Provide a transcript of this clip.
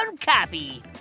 copy